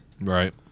Right